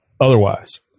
otherwise